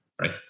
right